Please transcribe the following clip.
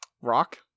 rock